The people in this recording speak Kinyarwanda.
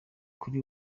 kuri